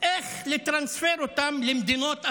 איך לטרנספר אותם למדינות אחרות.